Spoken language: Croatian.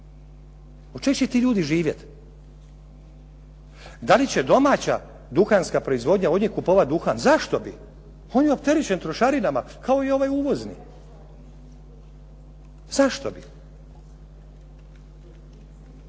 O čega će ti ljudi živjeti? Da li će domaća duhanska proizvodnja od nje kupovati duhan? Zašto bi, on je opterećen trošarinama kao i ovaj uvozni. Zašto bi.